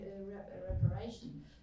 reparation